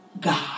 God